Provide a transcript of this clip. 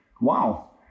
Wow